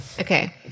Okay